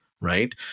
right